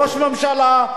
ראש הממשלה,